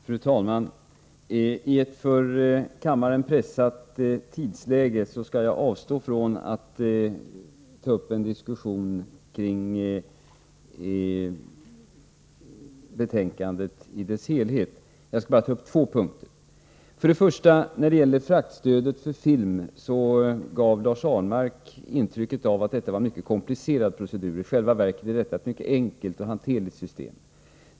Fru talman! I ett för kammaren pressat tidsläge skall jag avstå från att ta upp en diskussion om betänkandet i dess helhet. Jag skall bara ta upp två punkter. När det gäller fraktstödet för film gav Lars Ahlmark intryck av att detta var en mycket komplicerad procedur. I själva verket är detta ett mycket enkelt och hanterligt system.